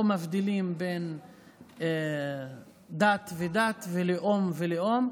מבדילים בין דת לדת ובין לאום ללאום.